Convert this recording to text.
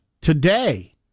today